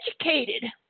educated